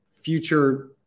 future